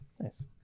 Nice